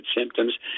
symptoms